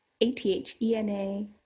A-T-H-E-N-A